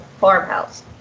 farmhouse